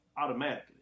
automatically